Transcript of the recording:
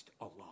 alone